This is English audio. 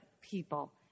people